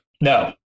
No